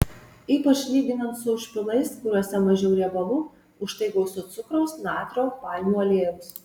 ypač lyginant su užpilais kuriuose mažiau riebalų užtai gausu cukraus natrio palmių aliejaus